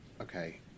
Okay